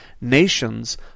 nations